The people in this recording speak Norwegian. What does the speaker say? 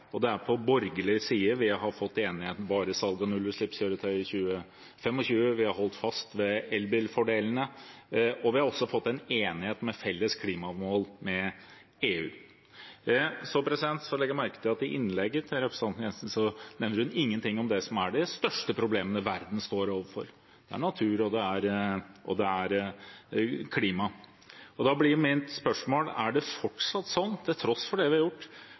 fått enighet om bare salg av nullutslippskjøretøy i 2025. Vi har holdt fast ved elbilfordelene, og vi har også fått en enighet om felles klimamål med EU. Så legger jeg merke til at i innlegget til representanten Jensen nevner hun ingenting om det som er de største problemene verden står overfor. Det er natur, og det er klima. Da blir mitt spørsmål: Er det fortsatt sånn, til tross for det vi har gjort,